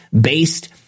based